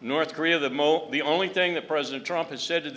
north korea the mo the only thing that president